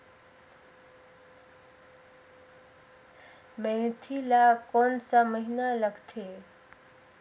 मेंथी ला कोन सा महीन लगथे?